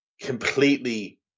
completely